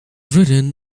written